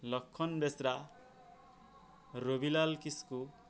ᱞᱚᱠᱠᱷᱚᱱ ᱵᱮᱥᱨᱟ ᱨᱚᱵᱤᱞᱟᱞ ᱠᱤᱥᱠᱩ